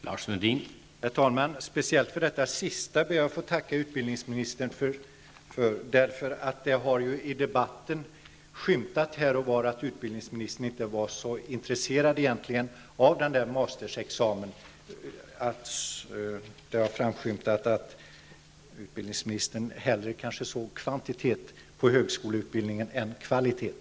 Herr talman! Speciellt för detta sista ber jag att få tacka utbildningsministern. Det har i debatten framskymtat här och var att utbildningsministern inte var så intresserad av mastersexamen och att han kanske hellre såg kvantitet på högskoleutbildningen än kvalitet.